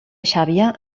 xàbia